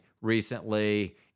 recently